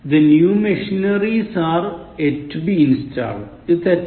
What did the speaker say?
The new machineries are yet to be installed ഇത് തെറ്റാണ്